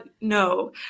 no